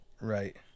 right